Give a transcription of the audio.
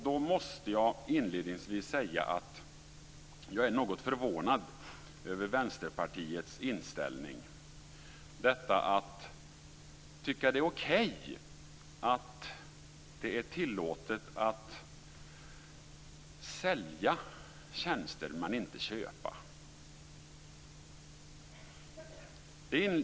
Då måste jag säga att jag är något förvånad över Vänsterpartiets inställning. Man tycker att det är okej att sälja tjänster men inte att köpa sådana tjänster.